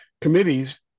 committees